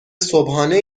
صبحانه